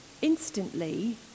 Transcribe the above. instantly